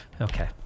Okay